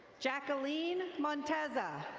jacqueline monteza.